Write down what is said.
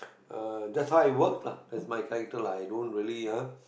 uh that's how it works lah that's my character lah i don't really ah